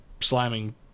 slamming